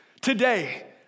today